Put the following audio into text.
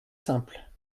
simple